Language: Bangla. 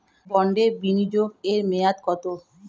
বন্ডে বিনিয়োগ এর মেয়াদ কত?